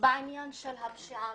בעניין של הפשיעה.